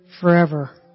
forever